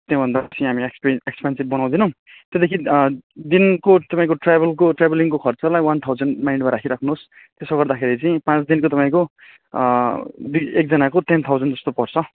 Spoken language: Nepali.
त्यहाँ भन्दा बेसी हामी एक्सपे एक्सपेन्सिभ बनाउदैनौँ त्यहाँदेखि दिनको तपाईँको ट्राभलको ट्राभलिङको खर्चलाई वान थाउजन्ड माइन्डमा राखिराख्नु होस् त्यसो गर्दाखेरि चाहिँ पाँच दिनको तपाईँको एकजनाको टेन थाउजन्ड जस्तो पर्छ